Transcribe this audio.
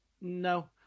no